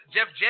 Jeff